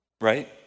Right